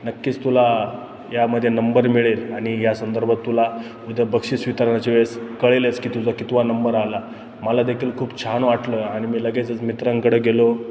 नक्कीच तुला यामध्ये नंबर मिळेल आणि या संदर्भात तुला उद्या बक्षीस वितरणाच्या वेळेस कळेलच की तुझा कितवा नंबर आला मला देखील खूप छान वाटलं आणि मी लगेचच मित्रांकडे गेलो